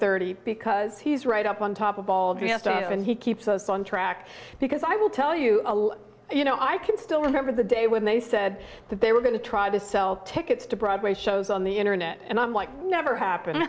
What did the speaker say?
thirty because he's right up on top of all of yesterday and he keeps us on track because i will tell you you know i can still remember the day when they said that they were going to try to sell tickets to broadway shows on the internet and i'm like never happen